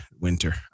winter